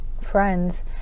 friends